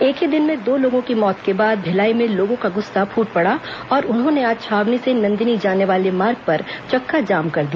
एक ही दिन में दो लोगों की मौत के बाद भिलाई में लोगों का गुस्सा फूट पड़ा और उन्होंने आज छावनी से नंदिनी जाने वाले मार्ग पर चक्काजाम कर दिया